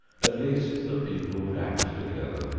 at least the people would act together.